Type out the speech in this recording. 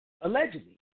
allegedly